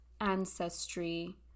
ancestry